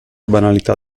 banalità